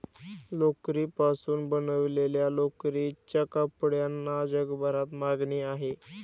लोकरीपासून बनवलेल्या लोकरीच्या कपड्यांना जगभरात मागणी आहे